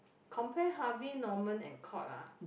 compare Harvey Norman and Courts ah